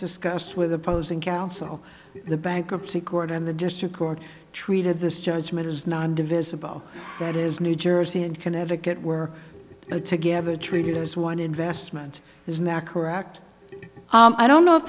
discussed with opposing counsel the bankruptcy court and the district court treated this judgement is not divisible that is new jersey and connecticut work together treated as one investment isn't that correct i don't know if